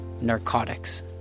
narcotics